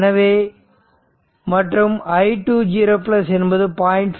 எனவே மற்றும் i20 என்பது 0